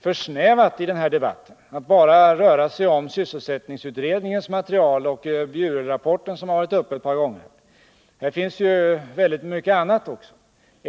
för snävt när man i debatten sagt att det skulle röra sig bara om sysselsättningsutredningens material och Bjurelrapporten, som varit uppe ett par gånger. Det finns väldigt mycket annat material också.